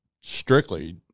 strictly